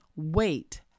Wait